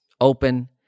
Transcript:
open